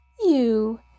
you